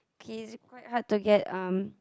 okay it's quite hard to get um